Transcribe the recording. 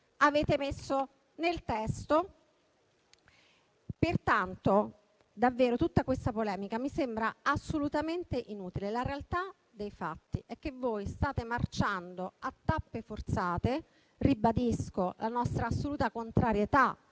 avevate inserito nel testo. Pertanto, tutta questa polemica mi sembra davvero assolutamente inutile. La realtà dei fatti è che voi state marciando a tappe forzate. Ribadisco la nostra assoluta contrarietà